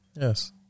Yes